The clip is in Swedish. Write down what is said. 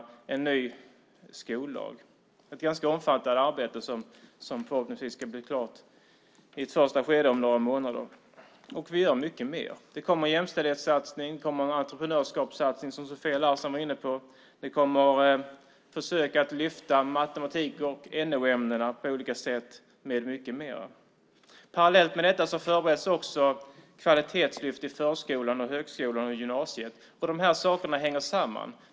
Det är ett ganska omfattande arbete som förhoppningsvis ska bli klart i ett första skede inom några månader. Vi gör mycket mer. Det kommer en jämställdhetssatsning och en entreprenörskapssatsning, som Sofia Larsen var inne på. Det kommer försök att lyfta matematik och NO-ämnena på olika sätt och mycket mer. Parallellt med detta förbereds också kvalitetslyft i förskolan, grundskolan och gymnasiet. De sakerna hänger samman.